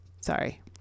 Sorry